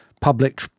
public